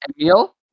Emil